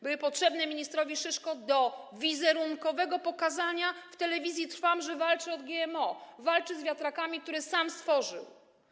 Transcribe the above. Były potrzebne ministrowi Szyszko do wizerunkowego pokazania w Telewizji Trwam, że walczy z GMO, walczy z wiatrakami, które sam stworzył.